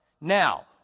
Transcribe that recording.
Now